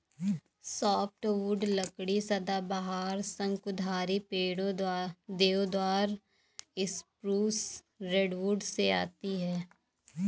softwood लकड़ी सदाबहार, शंकुधारी पेड़ों, देवदार, स्प्रूस, रेडवुड से आती है